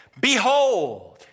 Behold